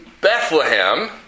Bethlehem